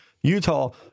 Utah